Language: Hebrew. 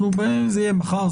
זה יהיה מחר,